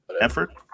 effort